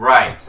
Right